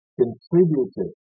contributed